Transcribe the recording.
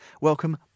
welcome